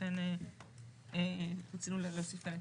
ולכן רצינו להוסיף את השם.